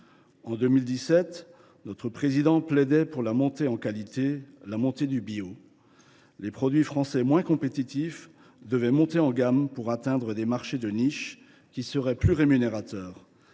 de la République plaidait pour « la montée en qualité, la montée du bio »: les produits français moins compétitifs devaient monter en gamme pour atteindre des marchés de niche qui seraient plus rémunérateurs.